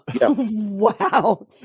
wow